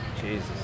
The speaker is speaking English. Jesus